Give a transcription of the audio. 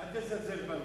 אל תזלזל בנו.